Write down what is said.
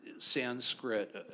Sanskrit